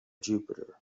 jupiter